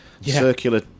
circular